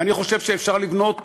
ואני חושב שאפשר לבנות